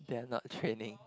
they're not training